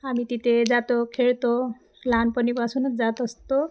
आम्ही तिथे जातो खेळतो लहानपणीपासूनच जात असतो